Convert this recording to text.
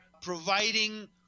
providing